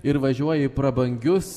ir važiuoja į prabangius